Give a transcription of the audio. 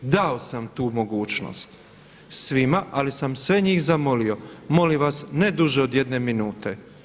Dao sam tu mogućnost svima, ali sam sve njih zamolio, molim vas ne duže od jedne minute.